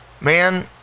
Man